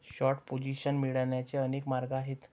short position मिळवण्याचे अनेक मार्ग आहेत